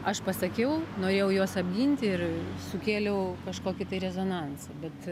aš pasakiau norėjau juos apginti ir sukėliau kažkokį rezonansą bet